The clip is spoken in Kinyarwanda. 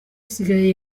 isigaye